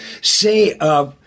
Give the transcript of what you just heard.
Say